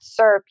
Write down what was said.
SERP